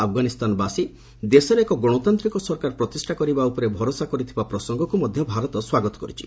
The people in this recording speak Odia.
ଆଫଗାନିସ୍ତାନବାସୀ ଦେଶରେ ଏକ ଗଣତାନ୍ତ୍ରିକ ସରକାର ପ୍ରତିଷ୍ଠା କରିବା ଉପରେ ଭରସା କରିଥିବା ପ୍ରସଙ୍ଗକୁ ମଧ୍ୟ ଭାରତ ସ୍ୱାଗତ କରିଛି